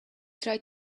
try